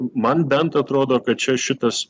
man bent atrodo kad čia šitas